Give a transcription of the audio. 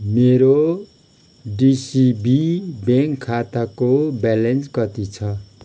मेरो DCB bank खाताको balance कति छ